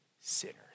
sinners